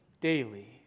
daily